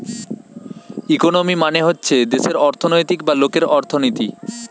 economy মানে হচ্ছে দেশের অর্থনৈতিক বা লোকের অর্থনীতি